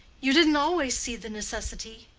you didn't always see the necessity.